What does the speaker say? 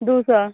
दू सए